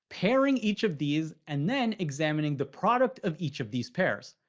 pairing each of these and then examining the product of each of these pairs.